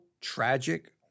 tragic